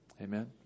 Amen